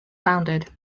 founded